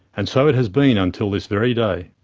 and so it has been until this very day.